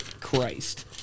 Christ